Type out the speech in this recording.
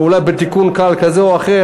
אולי בתיקון קל כזה או אחר,